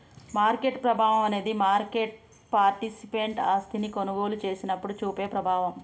market ప్రభావం అనేది market participant ఆస్తిని కొనుగోలు చేసినప్పుడు చూపే ప్రభావం